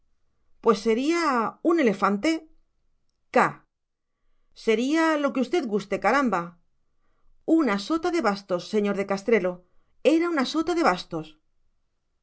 pues sería un elefante caaa sería lo que usted guste caramba una sota de bastos señor de castrelo era una sota de bastos